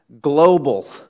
global